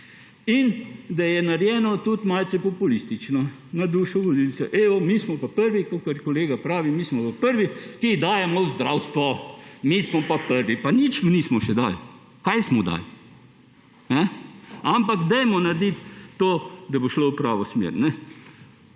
In da je narejeno tudi malce populistično, na dušo volivca. Evo, mi smo pa prvi, kakor kolega pravi, mi smo pa prvi, ki dajemo v zdravstvo. Mi smo pa prvi. Pa nič nismo še dali. Kaj smo dali? Ampak dajmo narediti to, da bo šlo v pravo smer.